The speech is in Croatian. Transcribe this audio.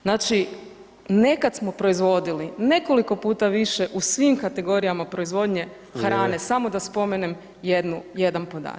Znači, nekad smo proizvodili nekoliko puta više u svim kategorijama proizvodnje [[Upadica: Vrijeme]] hrane, samo da spomenem jednu, jedan podatak.